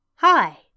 Hi